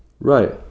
Right